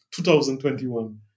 2021